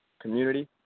community